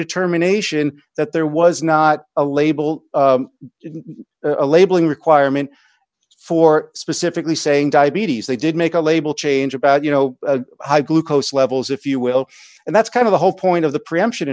determination that there was not a label a labeling requirement for specifically saying diabetes they did make a label change about you know high glucose levels if you will and that's kind of the whole point of the preemption